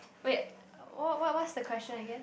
wait what what what's the question again